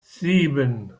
sieben